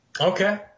Okay